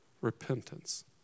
Repentance